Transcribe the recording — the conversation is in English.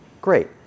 great